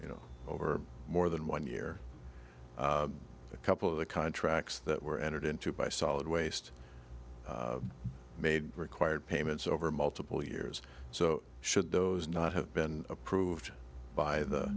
you know over more than one year a couple of the contracts that were entered into by solid waste made required payments over multiple years so should those not have been approved by the